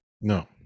No